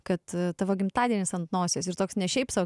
kad tavo gimtadienis ant nosies ir toks ne šiaip sau